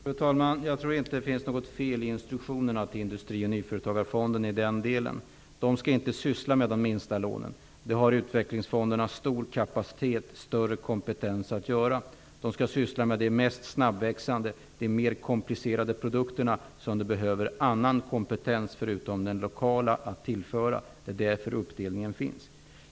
Fru talman! Jag tror inte att det finns något fel i instruktionerna till Industri-och nyföretagarfonden. Den skall inte syssla med de minsta lånen. Det har utvecklingsfonderna stor kapacitet och större kompetens att göra. De skall syssla med de mest snabbväxande och de mer komplicerade produkterna där det behövs annan kompetens, förutom den lokala. Det är därför uppdelningen finns.